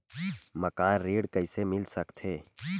मकान ऋण कइसे मिल सकथे?